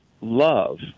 love